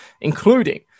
including